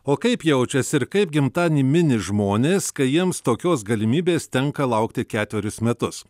o kaip jaučiasi ir kaip gimtadienį mini žmonės kai jiems tokios galimybės tenka laukti ketverius metus